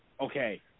okay